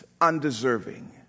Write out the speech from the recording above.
undeserving